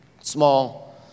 small